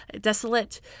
desolate